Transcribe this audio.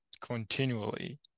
continually